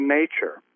nature